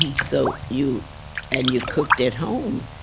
and so you and you cooked at home,